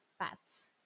paths